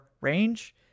range